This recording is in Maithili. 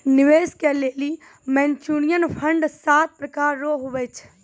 निवेश के लेली म्यूचुअल फंड सात प्रकार रो हुवै छै